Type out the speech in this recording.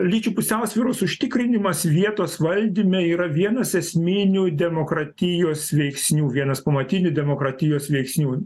lyčių pusiausvyros užtikrinimas vietos valdyme yra vienas esminių demokratijos veiksnių vienas pamatinių demokratijos veiksnių